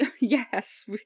Yes